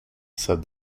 said